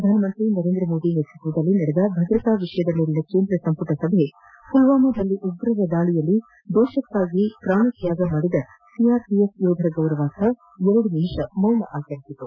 ಪ್ರಧಾನಿ ನರೇಂದ್ರ ಮೋದಿ ನೇತೃತ್ವದಲ್ಲಿ ನಡೆದ ಭದ್ರತಾ ವಿಷಯದ ಮೇಲಿನ ಕೇಂದ್ರ ಸಂಮಟ ಸಭೆ ಮಲ್ವಾಮಾದಲ್ಲಿ ಉಗ್ರರ ದಾಳಿಯಲ್ಲಿ ದೇಶಕ್ಕಾಗಿ ಪ್ರಾಣಿ ತ್ಯಾಗ ಮಾಡಿದ ಸಿಆರ್ಪಿಎಫ್ ಯೋಧರ ಗೌರವಾರ್ಥ ಎರಡು ನಿಮಿಷ ಮೌನ ಆಚರಿಸಿತು